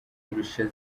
kurusha